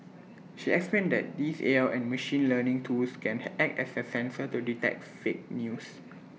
she explained that these A I and machine learning tools can hi act as A sensor to detect fake news